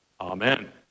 Amen